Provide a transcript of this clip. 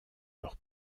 leur